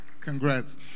congrats